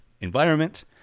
environment